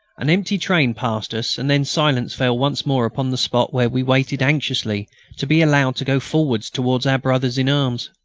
an empty train passed us, and then silence fell once more upon the spot where we waited anxiously to be allowed to go forward towards our brothers-in-arms.